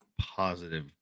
positive